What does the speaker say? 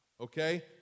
okay